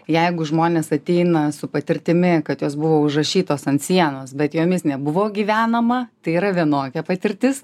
jeigu žmonės ateina su patirtimi kad jos buvo užrašytos ant sienos bet jomis nebuvo gyvenama tai yra vienokia patirtis